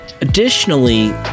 Additionally